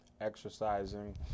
exercising